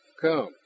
Come